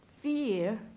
fear